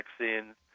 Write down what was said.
vaccines